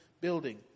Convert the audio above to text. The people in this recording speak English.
building